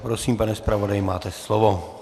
Prosím, pane zpravodaji, máte slovo.